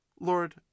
Lord